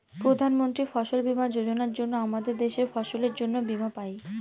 প্রধান মন্ত্রী ফসল বীমা যোজনার জন্য আমাদের দেশের ফসলের জন্যে বীমা পাই